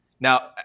now